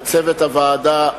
לצוות הוועדה,